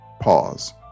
Pause